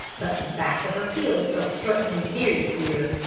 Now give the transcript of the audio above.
but the back of her heels felt certainly very queer.